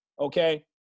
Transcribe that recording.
okay